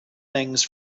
things